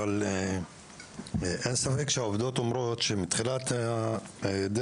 אבל אין ספק שהעובדות אומרות שמתחילת הדרך,